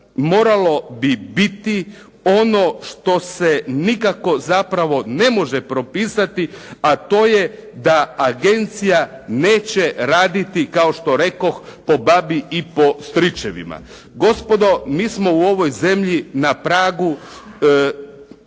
trebalo bi biti ono što se nikako zapravo ne može propisati a to je da agencija neće raditi kao što rekoh po babi i po stričevima. Gospodo mi smo u ovoj zemlji na pragu,